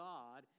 God